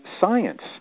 science